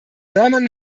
sermon